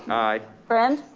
aye. friends.